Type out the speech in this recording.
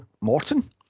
Morton